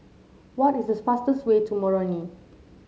what is the fastest way to Moroni